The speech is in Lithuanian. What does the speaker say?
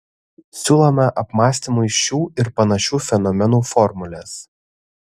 siūlome apmąstymui šių ir panašių fenomenų formules